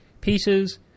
pieces